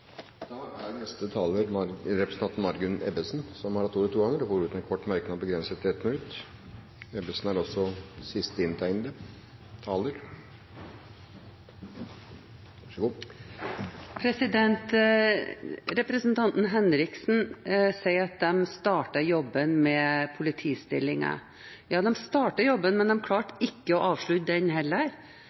Representanten Margunn Ebbesen har hatt ordet to ganger tidligere og får ordet til en kort merknad, begrenset til 1 minutt. Representanten Henriksen sier at de startet jobben med politistillinger. Ja, de startet jobben, men de klarte ikke å avslutte den heller.